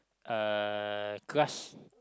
uh crust